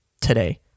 today